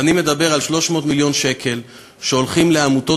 ואני מדבר על 300 מיליון שקל שהולכים לעמותות